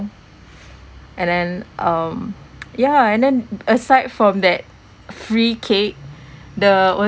and then um yeah and then aside from that free cake the